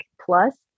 plus